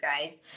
guys